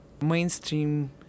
mainstream